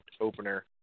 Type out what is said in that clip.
opener